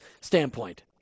standpoint